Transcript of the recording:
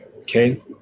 Okay